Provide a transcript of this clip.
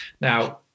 Now